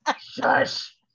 shush